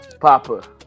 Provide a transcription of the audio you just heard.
Papa